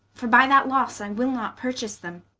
for by that losse, i will not purchase them